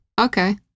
okay